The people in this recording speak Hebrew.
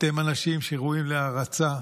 אתם אנשים שראויים להערצה.